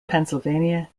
pennsylvania